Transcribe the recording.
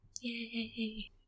Yay